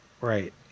Right